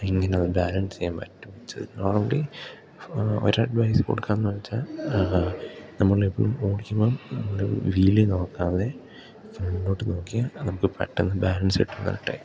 എങ്ങനെയത് balance ചെയ്യാൻ പറ്റും വെച്ചാൽ അത് ഓൾറെഡി ഒരഡ്വൈസ് കൊടുക്കാന്ന് വെച്ചാൽ നമ്മൾ എപ്പോഴും ഓടിക്കുമ്പം നമ്മൾ വീല് നോക്കാതെ ഫ്രണ്ടോട്ട് നോക്കിയാൽ നമുക്ക് പെട്ടെന്ന് ബാലൻസ് കിട്ടും കറക്റ്റായിട്ട്